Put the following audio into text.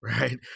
right